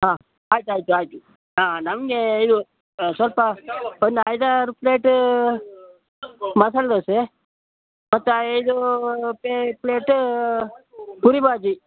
ಹಾಂ ಆಯ್ತು ಆಯ್ತು ಆಯಿತು ಹಾಂ ನಮ್ಗೆ ಇದು ಸ್ವಲ್ಪ ಒಂದು ಐದಾರು ಪ್ಲೇಟ್ ಮಸಾಲೆ ದೋಸೆ ಮತ್ತು ಐದು ಪ್ಲೇಟೂ ಪೂರಿ ಬಾಜಿ